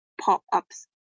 pop-ups